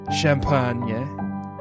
Champagne